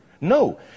No